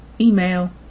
email